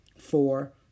Four